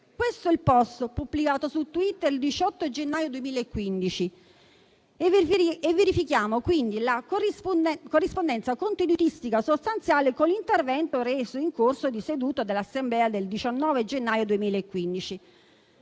Questo è il *post* pubblicato su Twitter il 18 gennaio 2015. Verifichiamo quindi la corrispondenza contenutistica sostanziale con l'intervento reso in corso di seduta dell'Assemblea del 19 gennaio 2015.